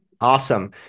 Awesome